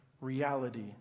reality